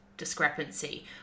discrepancy